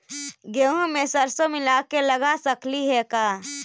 गेहूं मे सरसों मिला के लगा सकली हे का?